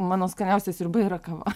mano skaniausia sriuba yra kava